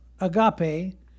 agape